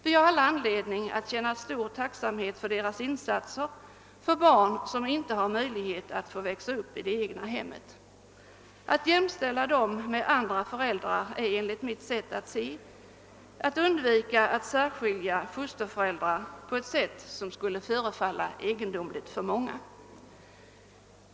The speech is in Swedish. Vi har alla anledning att känna stor tacksamhet för deras insatser för barn, som inte har möjlighet ait få växa upp i det egna hemmet. Att jämställa dessa fosterföräldrar med andra föräldrar är enligt mitt sätt att se att undvika ett särskiljande av dem på ett sätt som annars skulle förefalla egendomligt för många.